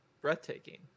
breathtaking